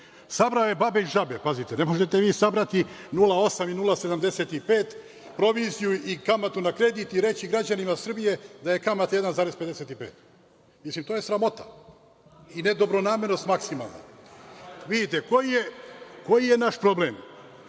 Sabrao je babe i žabe, pazite, ne možete vi sabrati 0,8 i 0,75% proviziju i kamatu na kredit i reći građanima Srbije da je kamata 1,55%. Mislim, to je sramota i nedobronamernost maksimalna. Vidite, koji je naš problem?